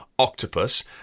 octopus